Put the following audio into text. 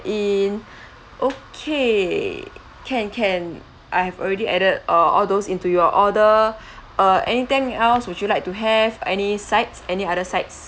in okay can can I have already added uh all those into your order uh anything else would you like to have any sides any other sides